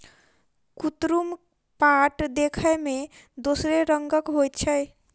कुतरुम पाट देखय मे दोसरे रंगक होइत छै